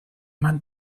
man